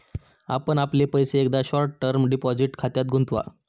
आपण आपले पैसे एकदा शॉर्ट टर्म डिपॉझिट खात्यात गुंतवा